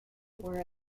were